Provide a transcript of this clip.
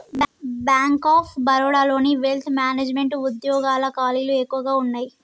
bank of బరోడాలోని wealth management వుద్యోగాల ఖాళీలు ఎక్కువగా వున్నయ్యి